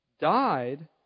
died